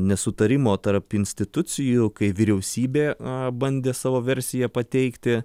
nesutarimo tarp institucijų kai vyriausybė bandė savo versiją pateikti